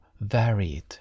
varied